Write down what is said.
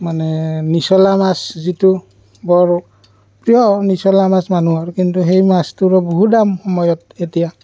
মানে নিচলা মাছ যিটো বৰ প্ৰিয় নিচলা মাছ মানুহৰ কিন্তু সেই মাছটোৰো বহুত দাম সময়ত এতিয়া